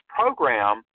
program